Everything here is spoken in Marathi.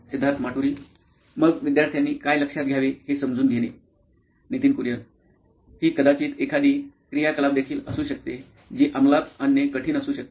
सिद्धार्थ माटुरी मुख्य कार्यकारी अधिकारी नॉइन इलेक्ट्रॉनिक्स मग विद्यार्थ्यांनी काय लक्षात घ्यावे हे समजून घेणे Nitin Kurian COO Nine Electronics ही कदाचित एखादी क्रियाकलाप देखील असू शकते जी अंमलात आणणे कठीण असू शकते